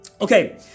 okay